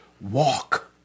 Walk